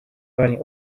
finally